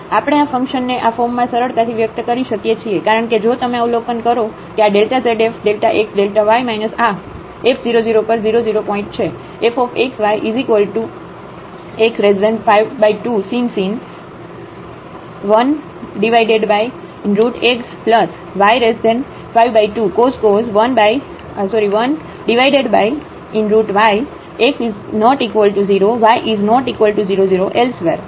આપણે આ ફંકશનને આ ફોર્મમાં સરળતાથી વ્યક્ત કરી શકીએ છીએ કારણ કે જો તમે અવલોકન કરો કે આ Δ z f ΔxΔ y આ f 0 0 પર 0 0 પોઇન્ટ છે